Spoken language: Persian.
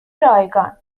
رایگان